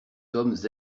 sommes